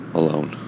alone